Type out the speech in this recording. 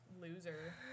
loser